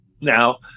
now